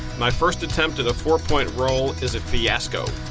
my first attempt to the four point roll is a fiasco.